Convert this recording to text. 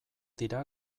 dira